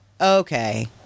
Okay